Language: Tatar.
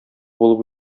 булып